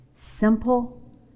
Simple